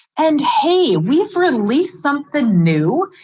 and hey, we've released something new.